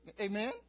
Amen